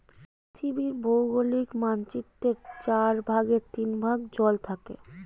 পৃথিবীর ভৌগোলিক মানচিত্রের চার ভাগের তিন ভাগ জল থাকে